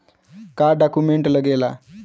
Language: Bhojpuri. का डॉक्यूमेंट लागेला?